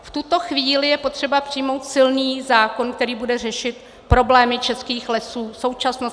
V tuto chvíli je potřeba přijmout silný zákon, který bude řešit problémy českých lesů, současnost i budoucnost.